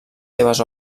seves